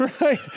Right